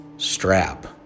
Strap